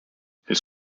his